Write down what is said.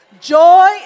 Joy